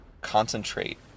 concentrate